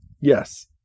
Yes